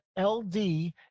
ld